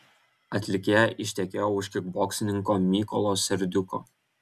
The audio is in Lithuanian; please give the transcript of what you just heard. atlikėja ištekėjo už kikboksininko mykolo serdiuko